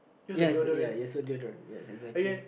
yes yes exactly